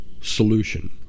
solution